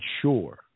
sure